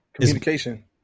communication